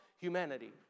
humanity